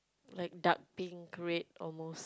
like dark pink red almost